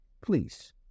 Please